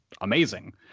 amazing